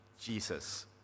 Jesus